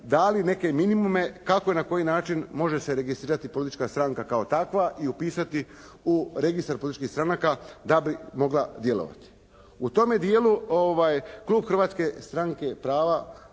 dali neke minimume kako i na koji način može se registrirati politička stranka kao takva i upisati u registar političkih stranaka da bi mogla djelovati. U tome dijelu klub Hrvatske stranke prava